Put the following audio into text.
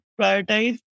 prioritize